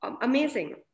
amazing